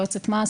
יועצת מס,